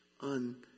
on